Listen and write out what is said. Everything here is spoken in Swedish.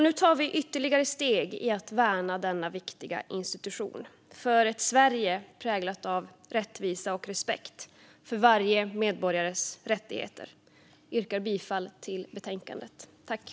Nu tar vi ytterligare steg i att värna denna viktiga institution för ett Sverige präglat av rättvisa och respekt för varje medborgares rättigheter. Jag yrkar bifall till förslaget i betänkandet.